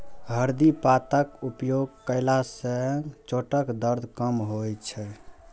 हरदि पातक उपयोग कयला सं चोटक दर्द कम होइ छै